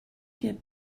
get